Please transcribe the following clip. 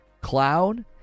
cloud